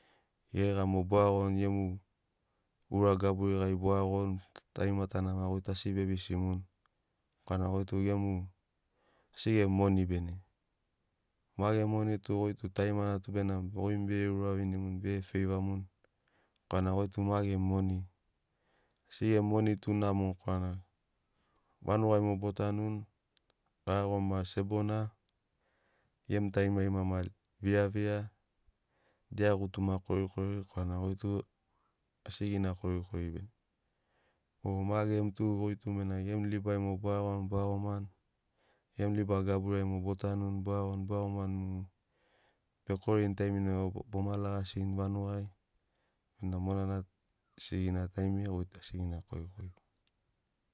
Geregamu mogo bo iagoni gemu ura gaburi gari bo iagoni tarimatana maki goi tu asi be bisi iagimuni korana goi tu gemu asi gemu moni bene ma gemu moni tu goi tu tarimana tu bena goi mogo bege uravinimuni bege feivamuni korana goi tu ma gemu moni. Asi gemu moni tu namo korana vanugai mogo bo tanuni garagomu maki sebona gemu tarima rima maki viravira dia gutuma korikori korana goi tu asigina korikori bene o ma gemu tu goi tu bena gemu libai mogo bo iagoni bo iagomani gemu liba gaburi ai mogo bo tanuni bo iagoni bo iagomani bekorini taiminai vau boma lagasini vanugai bena monana asigina taimiri ai goi tu asigina korikori